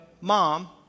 mom